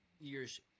years